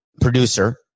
producer